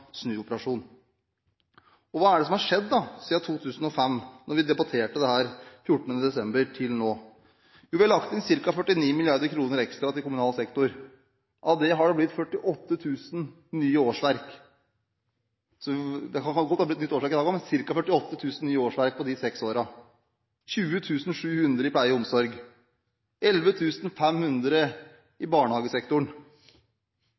snuoperasjon. Hva er det som har skjedd siden 2005, da vi debatterte dette 14. desember, og til nå? Jo, vi har lagt inn ca. 49 mrd. kr ekstra til kommunal sektor. Av det har det blitt ca. 48 000 nye årsverk på disse seks årene: 20 700 er i pleie og omsorg,